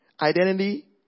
identity